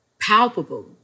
palpable